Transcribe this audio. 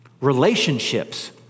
Relationships